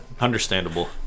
Understandable